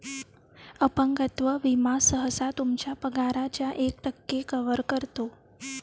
अपंगत्व विमा सहसा तुमच्या पगाराच्या एक टक्के कव्हर करतो